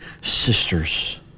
sisters